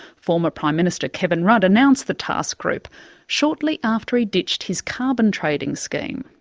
former prime minister, kevin rudd announced the task group shortly after he ditched his carbon trading scheme.